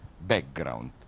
background